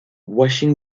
washing